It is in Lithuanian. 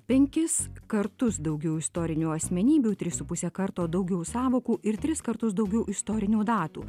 penkis kartus daugiau istorinių asmenybių tris su puse karto daugiau sąvokų ir tris kartus daugiau istorinių datų